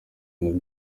ibintu